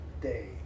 day